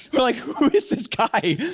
we're like, who is this guy?